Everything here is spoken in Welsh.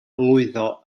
lwyddo